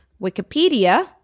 Wikipedia